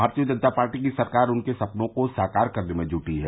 भारतीय जनता पार्टी की सरकार उनके सपनों को साकार करने में जूटी है